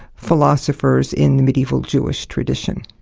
philosophers in the medieval jewish tradition.